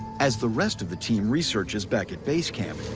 as the rest of the team researches back at base camp.